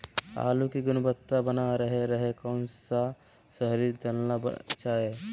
आलू की गुनबता बना रहे रहे कौन सा शहरी दलना चाये?